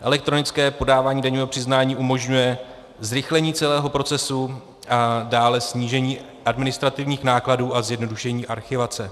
Elektronické podávání daňového přiznání umožňuje zrychlení celého procesu, dále snížení administrativních nákladů a zjednodušení archivace.